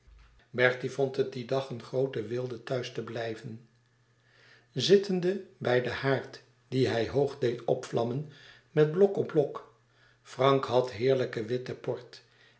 bertie vond het dien dag eene groote weelde thuis te blijven zittende bij den haard dien hij hoog deed opvlammen met blok op blok frank had heerlijken witten port